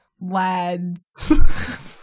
lads